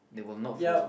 they will not follow